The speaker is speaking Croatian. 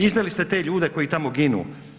Izdali ste te ljude koji tamo ginu.